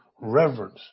Reverence